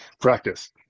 practice